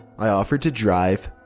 i offered to drive,